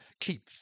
keep